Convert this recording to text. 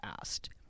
asked